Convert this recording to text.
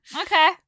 Okay